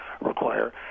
require